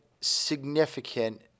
significant